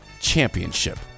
championship